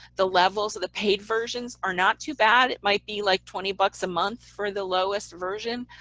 the levels of the paid versions are not too bad it might be like twenty bucks a month for the lowest version.